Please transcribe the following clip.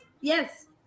Yes